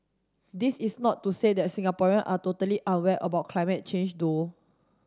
this is not to say that Singaporean are totally unaware about climate change though